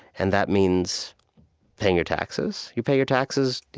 and that means paying your taxes. you pay your taxes